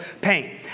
pain